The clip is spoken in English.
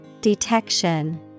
Detection